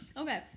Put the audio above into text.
Okay